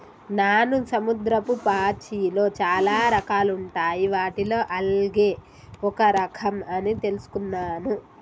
నాను సముద్రపు పాచిలో చాలా రకాలుంటాయి వాటిలో ఆల్గే ఒక రఖం అని తెలుసుకున్నాను